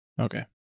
okay